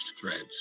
threads